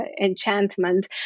enchantment